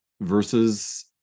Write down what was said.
versus